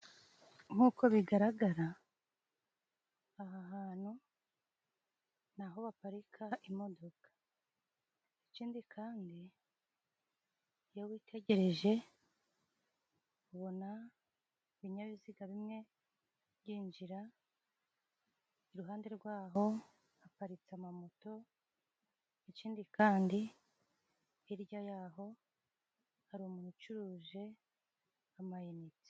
Nk'uko bigaragara, aha hantu ni aho haparika imodoka. Ikindi kandi, iyo witegereje ubona ibinyabiziga bimwe byinjira, iruhande rwaho haparitse amamoto, ikindi kandi hirya y'aho hari umuntu ucuruje amayinite.